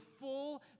full